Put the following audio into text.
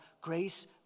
grace